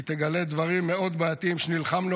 היא תגלה דברים מאוד בעייתיים שנלחמנו